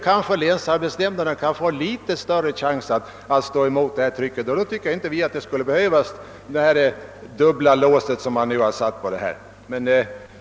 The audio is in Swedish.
Kanske länsarbetsnämnderna därmed kan få litet större chans att stå emot trycket och då borde man inte, tycker vi, behöva detta dubbla lås.